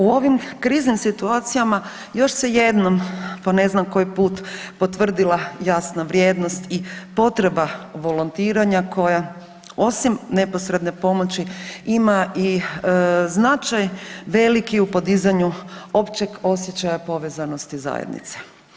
U ovim kriznim situacijama još se jednom po ne znam koji put potvrdila jasna vrijednost i potreba volontiranja koja osim neposredne pomoći ima i značaj veliki u podizanju općeg osjećaja povezanosti zajednice.